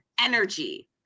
energy